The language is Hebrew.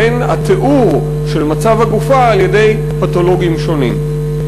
בין התיאורים של מצב הגופה על-ידי פתולוגים שונים.